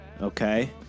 Okay